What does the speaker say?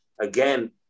again